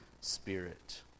Spirit